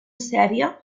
sèrie